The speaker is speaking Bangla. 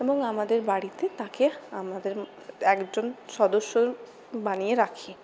এবং আমাদের বাড়িতে তাকে আমাদের একজন সদস্য বানিয়ে রাখি